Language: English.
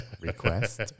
request